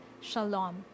Shalom